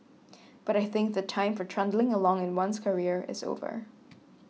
but I think the time for trundling along in one's career is over